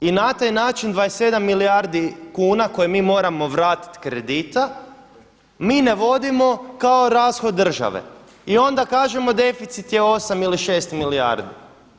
I na taj način 27 milijardi kuna koje mi moramo vratiti kredita mi ne vodimo kao rashod države i onda kažemo deficit je 8 ili 6 milijardi.